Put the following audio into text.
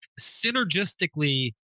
synergistically